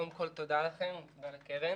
קודם כול, תודה לכם, תודה לקרן